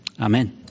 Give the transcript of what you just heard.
Amen